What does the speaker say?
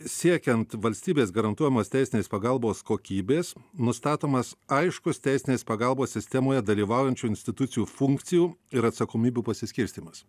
siekiant valstybės garantuojamos teisinės pagalbos kokybės nustatomas aiškus teisinės pagalbos sistemoje dalyvaujančių institucijų funkcijų ir atsakomybių pasiskirstymas